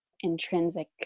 intrinsic